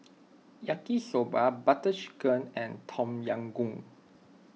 Yaki Soba Butter Chicken and Tom Yam Goong